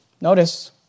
notice